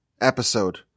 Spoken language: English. episode